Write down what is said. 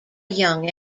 young